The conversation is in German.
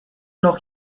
noch